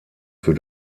für